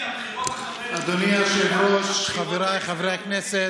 אדוני היושב-ראש, חבריי חברי הכנסת,